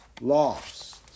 lost